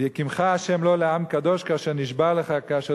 והקימך ה' לו לעם קדוש כאשר נשבע לך כאשר